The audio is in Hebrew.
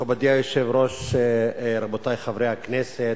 מכובדי היושב-ראש, רבותי חברי הכנסת,